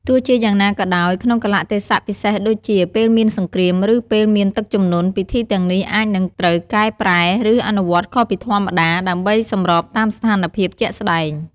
ទោះជាយ៉ាងណាក៏ដោយ ក្នុងកាលៈទេសៈពិសេសដូចជា ពេលមានសង្គ្រាម ឬ ពេលមានទឹកជំនន់ ពិធីទាំងនេះអាចនឹងត្រូវកែប្រែ ឬអនុវត្តន៍ខុសពីធម្មតា ដើម្បីសម្របតាមស្ថានភាពជាក់ស្តែង។